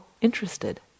interested